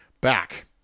back